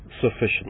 sufficient